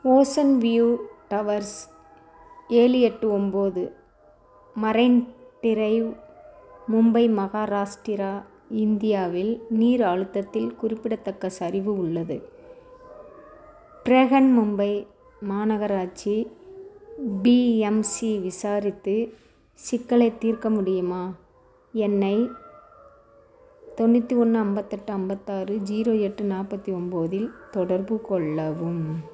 Ocean View towers ஏழு எட்டு ஒம்பது மரைன் டிரைவ் மும்பை மஹாராஷ்டிரா இந்தியாவில் நீர் அழுத்தத்தில் குறிப்பிடத்தக்க சரிவு உள்ளது பிரஹன்மும்பை மாநகராட்சி பிஎம்சி விசாரித்து சிக்கலைத் தீர்க்க முடியுமா என்னை தொண்ணூற்று ஒன்று ஐம்பத்தி எட்டு ஐம்பத்தாறு ஜீரோ எட்டு நாற்பத்தி ஒம்பதில் தொடர்பு கொள்ளவும்